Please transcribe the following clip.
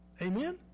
Amen